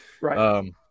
Right